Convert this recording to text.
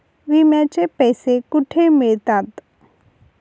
विम्याचे पैसे कुठे मिळतात?